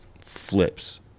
flips